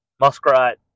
muskrat